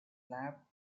lap